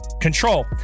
control